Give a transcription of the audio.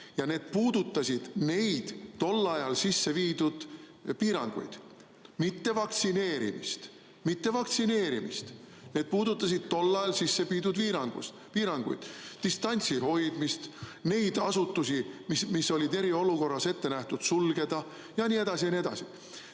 ja need puudutasid tol ajal sisse viidud piiranguid, mitte vaktsineerimist. Mitte vaktsineerimist! Need puudutasid tol ajal sisse viidud piiranguid: distantsi hoidmist, neid asutusi, mis olid eriolukorras ette nähtud sulgeda, jne, jne.